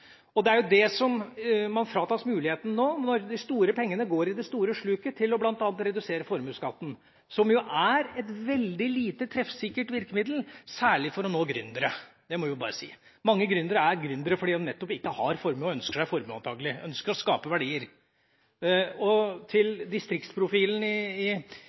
Det er det som man fratas muligheten til nå, når de store pengene går i det store sluket, bl.a. til å redusere formuesskatten, som er et veldig lite treffsikkert virkemiddel, særlig for å nå gründere, det må jeg bare si. Mange gründere er gründere nettopp fordi de ikke har formue – og ønsker seg formue, antakelig, ønsker å skape verdier. Til distriktsprofilen i